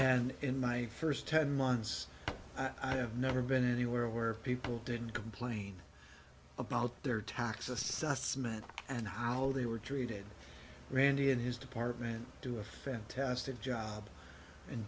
and in my first ten months i have never been anywhere where people didn't complain about their tax assessment and how they were treated randi and his department do a fantastic job and